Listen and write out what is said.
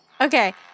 Okay